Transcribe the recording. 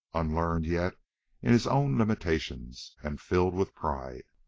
unlearned yet in his own limitations, and filled with pride.